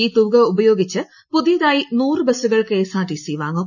ഈ തുക ഉപയോഗിച്ച് പുതിയതായി നൂറ് ബസുകൾ കെഎസ്ആർടിസി വാങ്ങും